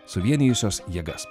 suvienijusios jėgas